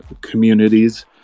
communities